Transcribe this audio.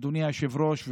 אדוני היושב-ראש,